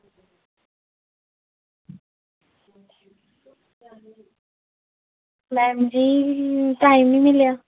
madam ji time नेईं मिलेआ